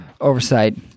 oversight